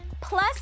plus